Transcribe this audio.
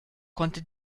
konnte